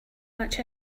much